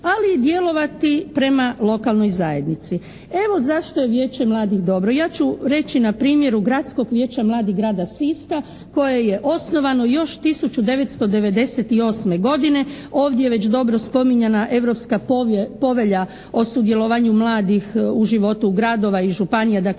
ali i djelovati prema lokalnoj zajednici. Evo, zašto je Vijeće mladih dobro. Ja ću reći na primjeru Gradskog vijeća mladih grada Siska koje je osnovano još 1998. godine, ovdje već dobro spominjana Europska povelja o sudjelovanju mladih u životu gradova i županija, dakle